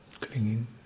clinging